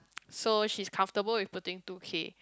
so she's comfortable with putting two K